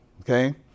Okay